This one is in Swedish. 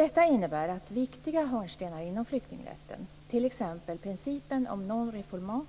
Detta innebär att viktiga hörnstenar inom flyktingrätten, t.ex. principen om non-refoulement